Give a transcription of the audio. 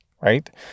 right